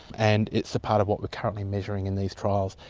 and it's part of what we are currently measuring in these trials.